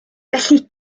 felly